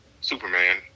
Superman